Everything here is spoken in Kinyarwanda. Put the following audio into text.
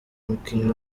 umukinnyi